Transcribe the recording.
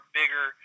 bigger